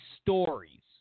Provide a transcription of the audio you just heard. stories